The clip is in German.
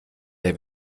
der